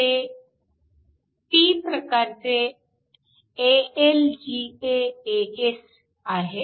हे p AlGaAs आहे